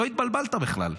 לא התבלבלת בכלל.